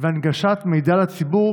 והנגשת מידע לציבור,